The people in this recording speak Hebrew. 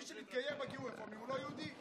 מי שמתגייר בגיור הרפורמי הוא לא יהודי,